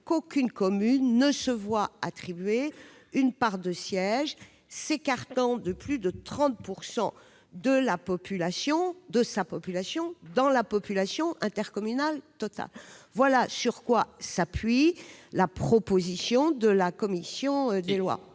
qu'aucune commune ne doit se voir attribuer une part de sièges s'écartant de plus de 30 % de la proportion de sa population dans la population intercommunale totale. Voilà ce sur quoi s'appuie la proposition de la commission des lois.